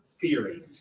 theory